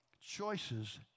Choices